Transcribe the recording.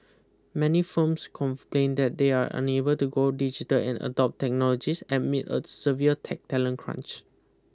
many firms complain that they are unable to go digital and adopt technologies amid a severe tech talent crunch